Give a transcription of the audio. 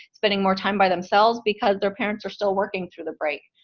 spending more time by themselves, because their parents are still working through the break,